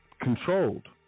controlled